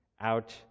out